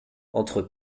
entre